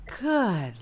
Good